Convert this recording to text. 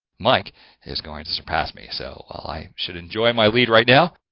mike is going to surpass me. so, i should enjoy my lead, right now.